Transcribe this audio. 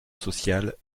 social